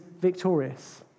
victorious